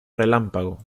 relámpago